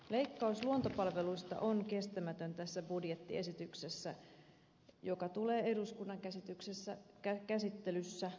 leikkaus luontopalveluista on kestämätön tässä budjettiesityksessä mikä tulee eduskunnan käsittelyssä korjata